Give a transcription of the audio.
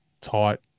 tight